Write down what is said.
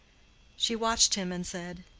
she watched him and said,